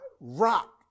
rock